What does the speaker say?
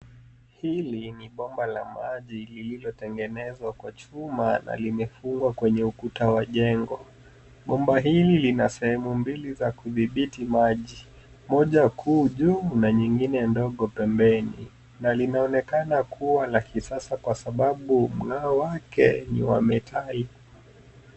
Hili ni bomba la maji lililotengenezwa kwa chuma na limefungwa kwenye ukuta wa jengo. Bomba hili lina sehemu mbili za kudhibiti maji, moja kuu juu na nyingine ndogo pembeni na linaonekana kuwa la kisasa kwa sababu mng'ao wake ni wa metal .